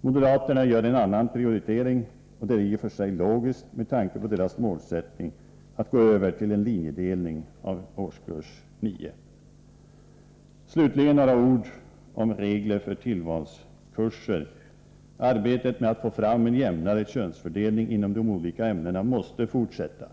Moderaterna gör en annan prioritering. Det är i och för sig logiskt med tanke på deras målsättning att gå över till en linjedelning av årskurs 9. Slutligen några ord om regler för tillvalskurser. Arbetet med att få fram en jämnare könsfördelning inom de olika ämnena måste fortsätta.